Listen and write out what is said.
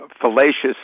fallacious